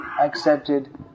accepted